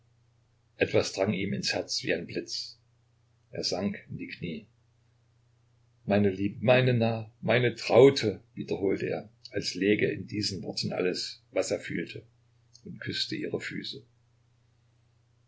etwas drang ihm ins herz wie ein blitz er sank in die knie meine liebe meine nahe meine traute wiederholte er als läge in diesen worten alles was er fühlte und küßte ihre füße